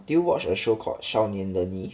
did you watch a show called 少年的你